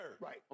right